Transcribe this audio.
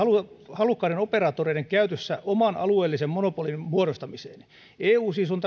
halukkaiden operaattoreiden käytössä oman alueellisen monopolin muodostamiseen eu on